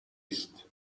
است